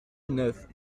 neuf